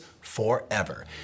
forever